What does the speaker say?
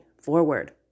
forward